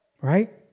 Right